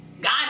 god